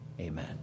Amen